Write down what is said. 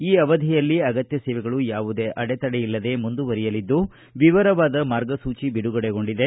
ಈ ಅವಧಿಯಲ್ಲಿ ಅಗತ್ಯ ಸೇವೆಗಳು ಯಾವುದೇ ಅಡೆತಡೆಯಿಲ್ಲದೆ ಮುಂದುವರಿಯಲಿದ್ದು ವಿವರವಾದ ಮಾರ್ಗಸೂಚಿ ಬಿಡುಗಡೆಗೊಂಡಿದೆ